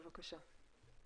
בבקשה.